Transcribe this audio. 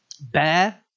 Bear